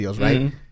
Right